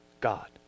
God